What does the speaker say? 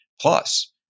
plus